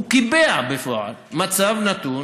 הוא קיבע בפועל מצב נתון